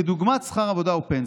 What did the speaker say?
כדוגמת שכר עבודה ופנסיה.